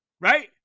Right